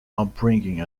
upbringing